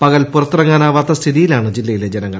പകൽ പുറത്തിറങ്ങാനാവാത്ത സ്ഥിതിയിലാണ് ജില്ലയിലെ ജനങ്ങൾ